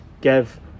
give